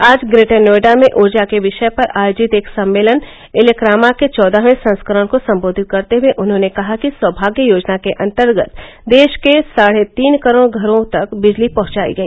आज ग्रेटर नोएडा में ऊर्जा के विषय पर आयोजित एक सम्मेलन इलेक्रामा के चौदहवें संस्करण को सम्बोधित करते हुए उन्होंने कहा कि सौभाग्य योजना के अन्तर्गत देश के साढ़े तीन करोड़ घरों तक बिजली पहुंचाई गई